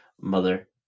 mother